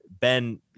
ben